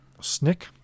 Snick